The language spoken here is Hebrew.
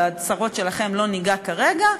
בצרות שלכם לא ניגע כרגע,